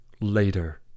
later